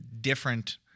different